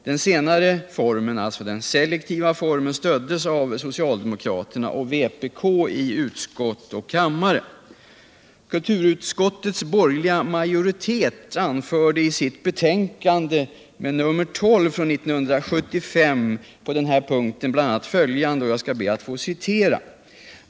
Den senare, selektiva, formen stöddes av socialdemokraterna och kommunisterna i utskott och kammare.